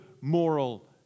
moral